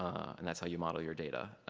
and that's how you model your data.